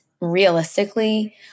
realistically